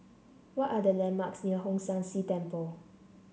what are the landmarks near Hong San See Temple